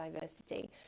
diversity